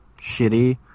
shitty